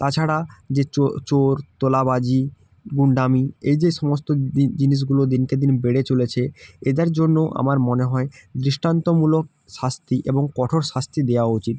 তাছাড়া যে চোর তোলাবাজি গুন্ডামি এই যে সমস্ত জিনিসগুলো দিনকে দিন বেড়ে চলেছে এদের জন্য আমার মনে হয় দৃষ্টান্তমূলক শাস্তি এবং কঠোর শাস্তি দেওয়া উচিত